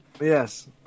Yes